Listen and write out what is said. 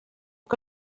que